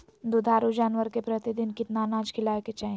दुधारू जानवर के प्रतिदिन कितना अनाज खिलावे के चाही?